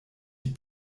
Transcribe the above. die